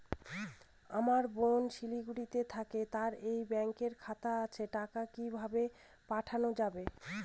আমার বোন শিলিগুড়িতে থাকে তার এই ব্যঙকের খাতা আছে টাকা কি ভাবে পাঠানো যাবে?